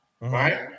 Right